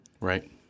Right